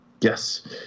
Yes